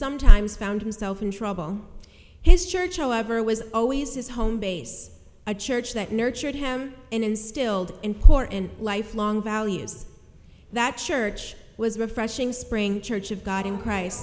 sometimes found himself in trouble his church ever was always his home base a church that nurtured him and instilled in poor and lifelong values that church was refreshing spring church of god in